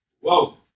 Whoa